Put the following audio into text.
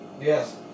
Yes